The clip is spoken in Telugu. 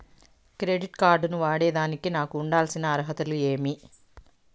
క్రెడిట్ కార్డు ను వాడేదానికి నాకు ఉండాల్సిన అర్హతలు ఏమి?